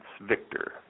Victor